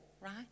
right